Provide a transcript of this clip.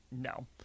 No